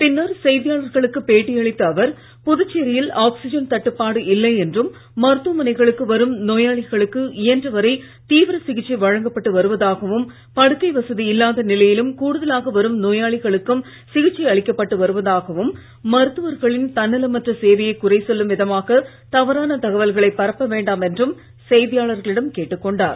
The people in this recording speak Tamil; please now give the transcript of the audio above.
பின்னர் செய்தியாளர்களுக்கு பேட்டி அளித்த அவர் புதுச்சேரியில் ஆக்ளிஜன் தட்டுப்பாடு இல்லை என்றும் மருத்துவமனைகளுக்கு வரும் நோயாளிகளுக்கு இயன்ற வரை தீவிர சிகிச்சை வழங்கப்பட்டு வருவதாகவும் படுக்கை வசதி இல்லாத நிலையிலும் கூடுதலாக வரும் நோயாளிகளுக்கும் சிகிச்சை அளிக்கப்பட்டு வருவதாகவும் மருத்துவர்களின் தன்னலமற்ற சேவையை குறை சொல்லும் விதமாக தவறான தகவல்களை பரப்ப வேண்டாம் என்றும் செய்தியாளர்களிடம் கேட்டுக் கொண்டார்